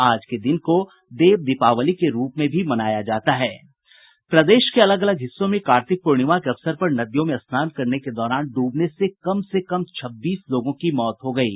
आज के दिन को देव दीपावली के रूप में भी मनाया जाता है प्रदेश के अलग अलग हिस्सों में कार्तिक पूर्णिमा के अवसर पर नदियों में स्नान करने के दौरान डूबने से कम से कम छब्बीस लोगों की मौत हो गयी है